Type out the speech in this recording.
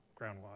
groundwater